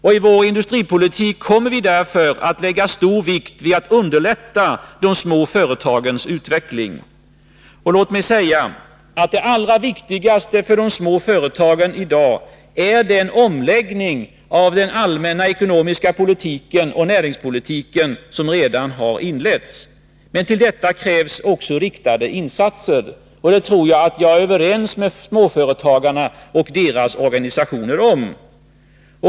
I vår industripolitik kommer vi därför att lägga stor vikt vid att underlätta de små företagens utveckling. Låt mig säga att det allra viktigaste för de små företagen i dag är den omläggning av den allmänna ekonomiska politiken och näringspolitiken som redan har inletts. Men till detta krävs också riktade insatser. Där tror jag att jag är överens med småföretagarna och deras organisationer.